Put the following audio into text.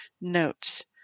notes